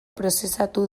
prozesatu